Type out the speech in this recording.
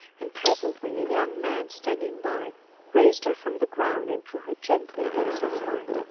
and presently a young man standing by raised her from the ground and drew her gently against his side,